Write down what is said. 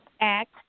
Act